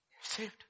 Saved